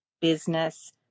business